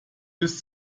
bis